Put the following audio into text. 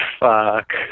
fuck